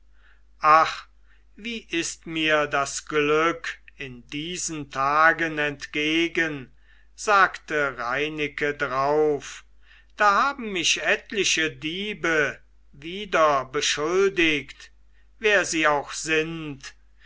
wie ist mir das glück in diesen tagen entgegen sagte reineke drauf da haben mich etliche diebe wieder beschuldigt wer sie auch sind